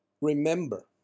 Remember